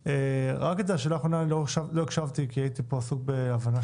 שאלה אחרונה לא הקשבתי כי הייתי עסוק כאן בהבנה